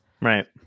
Right